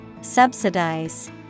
Subsidize